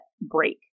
break